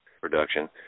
production